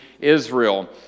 israel